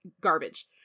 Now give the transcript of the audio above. garbage